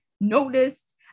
noticed